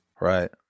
Right